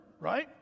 right